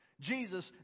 Jesus